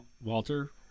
Walter